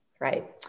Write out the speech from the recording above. Right